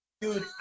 Dude